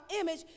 image